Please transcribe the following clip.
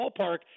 ballpark